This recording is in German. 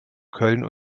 köln